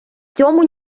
цьому